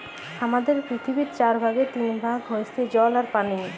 হামাদের পৃথিবীর চার ভাগের তিন ভাগ হইসে জল বা পানি